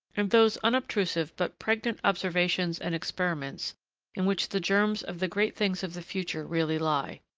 and those unobtrusive but pregnant observations and experiments in which the germs of the great things of the future really lie.